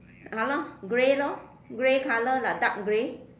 !hannor! grey lor grey colour lah dark grey